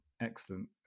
excellent